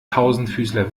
tausendfüßler